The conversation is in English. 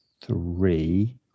three